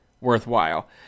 worthwhile